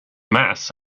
mass